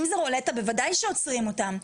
אם זו רולטה, בוודאי שעוצרים אותם.